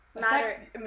matter